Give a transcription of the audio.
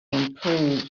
improves